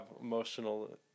emotional